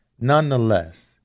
nonetheless